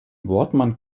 wortmann